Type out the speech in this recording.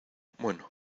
bueno